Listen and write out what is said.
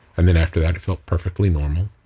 and then after that, it felt perfectly normal.